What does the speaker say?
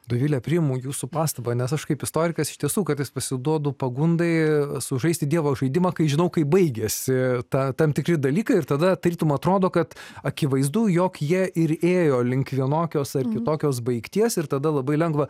dovile priimu jūsų pastabą nes aš kaip istorikas iš tiesų kartais pasiduodu pagundai sužaisti dievo žaidimą kai žinau kaip baigiasi tą tam tikri dalykai ir tada tarytum atrodo kad akivaizdu jog jie ir ėjo link vienokios ar kitokios baigties ir tada labai lengva